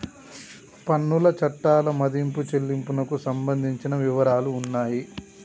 పన్నుల చట్టాలు మదింపు చెల్లింపునకు సంబంధించిన వివరాలు ఉన్నాయి